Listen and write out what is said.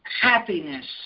happiness